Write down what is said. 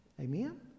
Amen